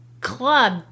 club